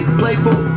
playful